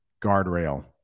guardrail